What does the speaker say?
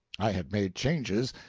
i had made changes,